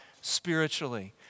spiritually